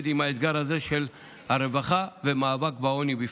עם האתגר הזה של הרווחה ומאבק בעוני בפרט.